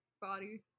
body